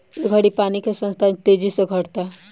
ए घड़ी पानी के संसाधन तेजी से घटता